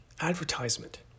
advertisement